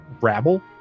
rabble